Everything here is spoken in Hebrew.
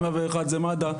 ו-101 זה מד"א,